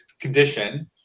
condition